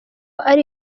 ari